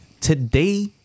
today